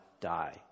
die